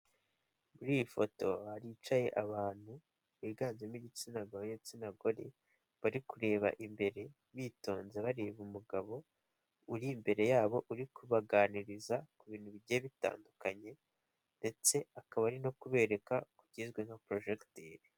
Muri iyi foto hicaye abantu biganjemo igitsina gabo igitsina gore bari kureba imbere bitonze, bareba umugabo uri imbere yabo uri kubaganiriza ku bintu bigiye bitandukanye ndetse akaba ari no kubereka ku kizwi nka porojekiteri.